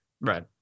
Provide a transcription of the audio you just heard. Right